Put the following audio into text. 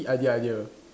idea idea